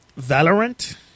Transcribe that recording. Valorant